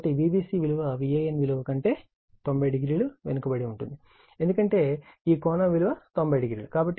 కాబట్టి Vbc విలువ Van విలువ కంటే 90o వెనుకబడి ఉంటుంది ఎందుకంటే ఈ కోణం విలువ 90o